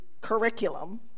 curriculum